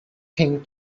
thing